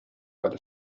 حالا